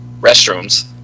restrooms